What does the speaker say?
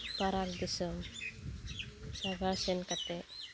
ᱯᱷᱟᱨᱟᱠ ᱫᱤᱥᱚᱢ ᱥᱮᱸᱫᱽᱨᱟ ᱥᱮᱱ ᱠᱟᱛᱮ